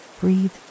breathe